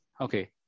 Okay